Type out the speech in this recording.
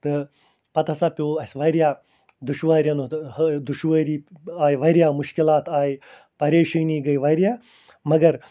تہٕ پَتہٕ ہسا پیوٚو اَسہِ واریاہ دُشواریَن دُشوٲری آیہِ واریاہ مُشکِلات آیہِ پریشٲنی گٔے واریاہ مگر